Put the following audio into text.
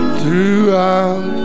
throughout